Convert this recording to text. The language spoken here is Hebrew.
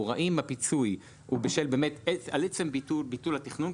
האם הפיצוי הוא על עצם ביטול התכנון,